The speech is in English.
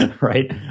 Right